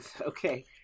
okay